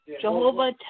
Jehovah